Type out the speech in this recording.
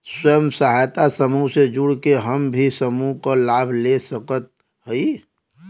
स्वयं सहायता समूह से जुड़ के हम भी समूह क लाभ ले सकत हई?